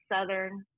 southern